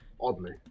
Oddly